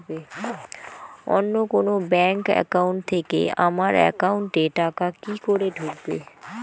অন্য কোনো bank account থেকে আমার একাউন্ট এ টাকা কি করে ঢুকবে?